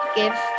give